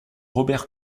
robert